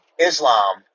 Islam